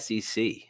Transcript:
SEC